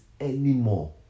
anymore